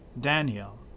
Daniel